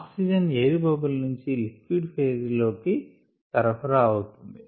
oxygen air bubble నుంచి liquid లోకి సరఫరా అవుతుంది